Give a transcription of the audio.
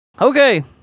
Okay